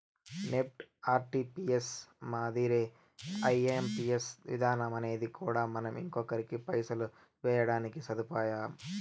NEFT, RTGS మాదిరే IMPS విధానమనేది కూడా మనం ఇంకొకరికి పైసలు వేయడానికి సదుపాయం